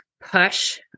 push